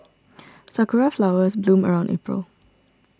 sakura flowers bloom around April